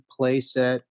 playset